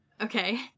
Okay